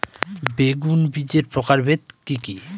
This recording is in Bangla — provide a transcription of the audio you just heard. বেগুন বীজের প্রকারভেদ কি কী?